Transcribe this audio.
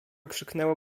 krzyknęła